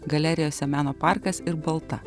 galerijose meno parkas ir balta